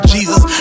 Jesus